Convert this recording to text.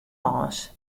lâns